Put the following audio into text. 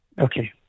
Okay